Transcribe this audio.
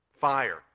Fire